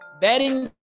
Betting